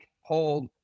hold